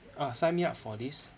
uh sign me up for this